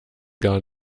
gar